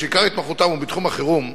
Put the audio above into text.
שעיקר התמחותם הוא בתחום החירום,